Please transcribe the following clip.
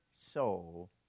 soul